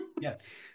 Yes